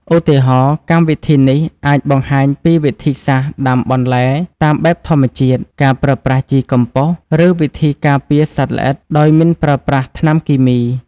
ឧទាហរណ៍ កម្មវិធីនេះអាចបង្ហាញពីវិធីសាស្ត្រដាំបន្លែតាមបែបធម្មជាតិ ការប្រើប្រាស់ជីកំប៉ុស្ត ឬវិធីការពារសត្វល្អិតដោយមិនប្រើប្រាស់ថ្នាំគីមី។